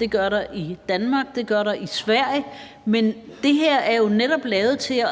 det gør der i Sverige. Men det her er jo netop lavet til